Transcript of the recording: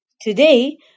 Today